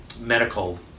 medical